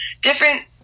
different